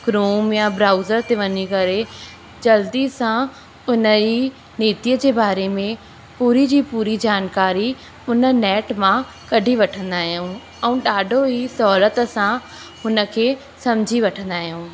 Chrome या browser ते वञी करे जल्दी सां उन ई नीतिअ जे बारे में पूरी जी पूरी जानकारी उन नैट मां कढी वठंदा आहियूं ऐं ॾाढो ई सहुलियत सां हुन खे सम्झी वठंदा आहियूं